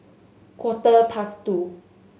quarter past two